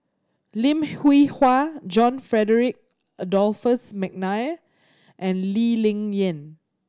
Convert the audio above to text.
Lim Hwee Hua John Frederick Adolphus McNair and Lee Ling Yen